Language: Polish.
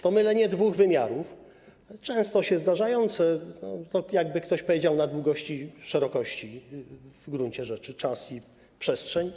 To mylenie dwóch wymiarów, często się zdarzające, tak jakby ktoś powiedział: na długości i szerokości w gruncie rzeczy, czas i przestrzeń.